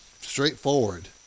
straightforward